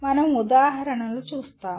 మనం ఉదాహరణలు చూస్తాము